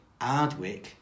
Ardwick